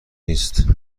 نیست